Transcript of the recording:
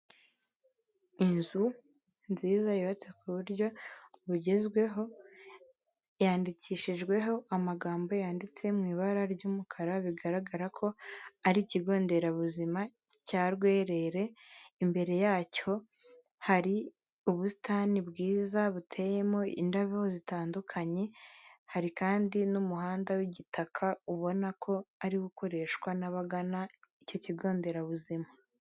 Inzu nziza yubatse ku buryo bugezweho, yandikishijweho amagambo yanditse mu ibara ry'umukara bigaragara ko ari ikigo nderabuzima cya Rwerere, imbere yacyo hari ubusitani bwiza buteyemo indabo zitandukanye, hari kandi n'umuhanda w'igitaka ubona ko ariwo ukoreshwa n'abagana icyo kigo nderabuzima.